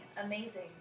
amazing